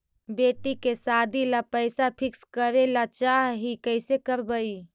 बेटि के सादी ल पैसा फिक्स करे ल चाह ही कैसे करबइ?